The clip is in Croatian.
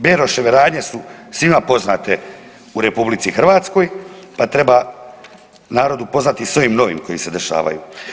Beroševe radnje su svima poznate u RH pa treba narod upoznati s ovim novim koji se dešavaju.